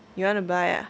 you want to buy